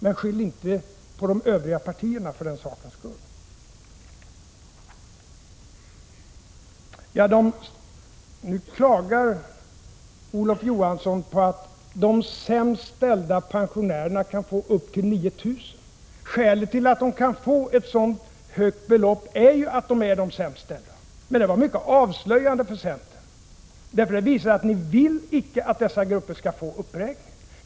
Men skyll inte på de övriga partierna härvidlag! Olof Johansson klagar över att de sämst ställda pensionärerna kan få upp till 9 000 kr. Skälet till att de kan få ett så högt belopp är ju att de är de sämst ställda. Men detta var mycket avslöjande för centern, för det visar att ni icke vill att dessa grupper skall få uppräkningar.